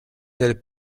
del